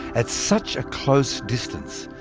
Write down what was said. at such a close distance,